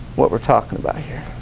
what we're talking about here